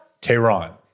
tehran